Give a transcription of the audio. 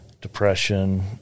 depression